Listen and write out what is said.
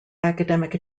academic